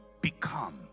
become